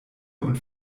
und